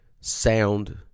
sound